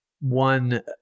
one